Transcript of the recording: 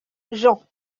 jean